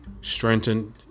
strengthened